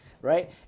right